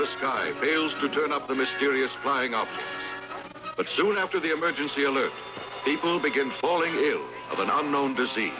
this guy fails to turn up the mysterious firing off but soon after the emergency alert people begin falling of an unknown busy